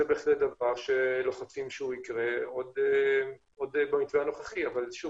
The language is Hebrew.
זה בהחלט דבר שלוחצים שהוא יקרה עוד במקרה הנוכחי אבל שוב,